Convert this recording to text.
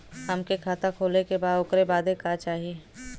हमके खाता खोले के बा ओकरे बादे का चाही?